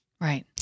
Right